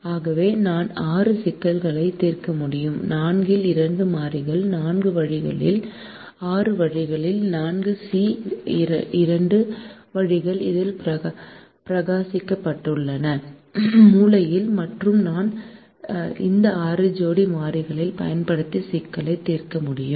ஆகவே நான் ஆறு சிக்கல்களை தீர்க்க முடியும் 4 இல் இரண்டு மாறிகள் 4 வழிகளில் 6 வழிகளில் 4 சி 2 வழிகள் இதில் பிரகாசிக்கப்பட்டுள்ளன மூலையில் மற்றும் நான் இந்த 6 ஜோடி மாறிகள் பயன்படுத்தி சிக்கலை தீர்க்க முடியும்